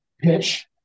pitch